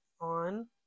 on